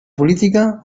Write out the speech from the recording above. política